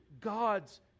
God's